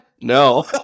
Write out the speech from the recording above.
no